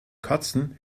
katzen